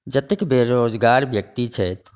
जतेक बेरोजगार व्यक्ति छथि